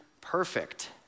perfect